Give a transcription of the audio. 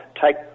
take